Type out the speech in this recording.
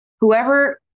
Whoever